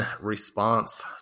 response